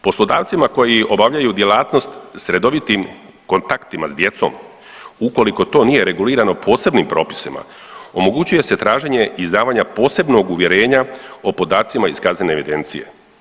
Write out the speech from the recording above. Poslodavcima koji obavljaju djelatnost s redovitim kontaktima s djecom ukoliko to nije regulirano posebnim propisima omogućuje se traženje izdavanja posebnog uvjerenja o podacima iz kaznene evidencije.